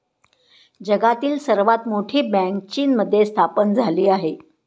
जगातील सर्वात मोठी बँक चीनमध्ये स्थापन झाली आहे